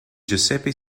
giuseppe